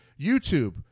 youtube